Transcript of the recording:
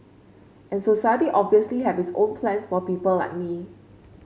and society obviously have its own plans for people like me